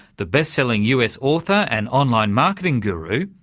the best-selling us author and online marketing guru,